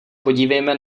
podívejme